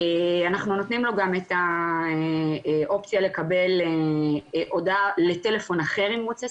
אנחנו נותנים לו גם את האופציה לקבל הודעה לטלפון אחר אם הוא רוצה,